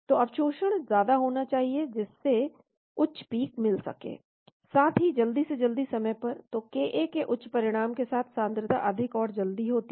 तो अवशोषण ज्यादा होना चाहिए जिससे उच्च पीक मिल सके साथ ही जल्दी से जल्दी समय पर तो Ka के उच्च परिमाण के साथ सांद्रता अधिक और जल्दी होती है